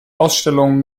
ausstellung